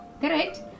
Correct